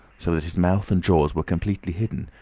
so that his mouth and jaws were completely hidden,